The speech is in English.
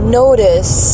notice